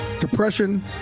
Depression